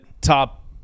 top